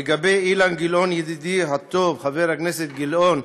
לגבי אילן גילאון, ידידי הטוב, חבר הכנסת גילאון,